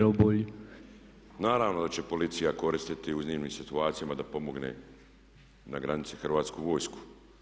Naravno da će policija koristiti u iznimnim situacijama da pomogne na granici Hrvatsku vojsku.